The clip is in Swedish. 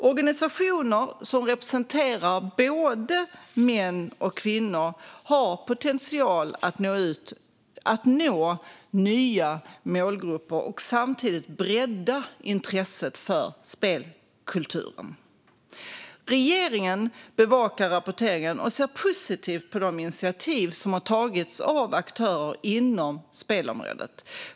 Organisationer som representerar både män och kvinnor har potential att nå nya målgrupper och samtidigt bredda intresset för spelkulturen. Regeringen bevakar rapporteringen och ser positivt på de initiativ som har tagits av aktörer inom spelområdet.